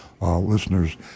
listeners